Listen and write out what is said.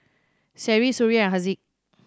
Seri Suria Haziq